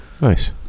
nice